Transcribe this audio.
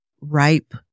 ripe